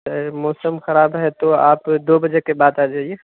سر موسم خراب ہے تو آپ دو بجے کے بعد آ جائیے